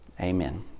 Amen